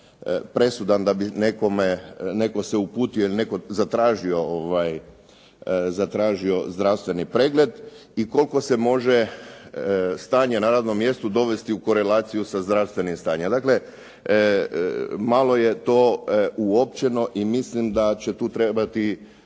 presudan da bi nekome, netko se uputio ili netko zatražio zdravstveni pregled i koliko se može stanje na radnom mjestu dovesti u korelaciju sa zdravstvenim stanjem. Dakle, malo je to uopćeno i mislim da će tu trebati